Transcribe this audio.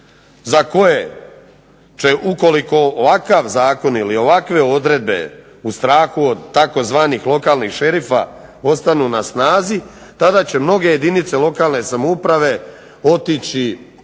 za koje će ukoliko ovakav zakon ili ovakve odredbe u strahu od tzv. lokalnih šerifa, ostanu na snazi tada će mnoge jedinice lokalne samouprave otići